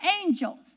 angels